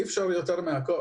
אי-אפשר יותר מהכל.